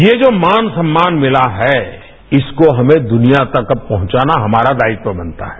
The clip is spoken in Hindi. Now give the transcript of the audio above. ये जो मान सम्मान मिला है इसको हमें दुनिया तक पहुंचाना हमारा दायित्व बनता है